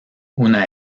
una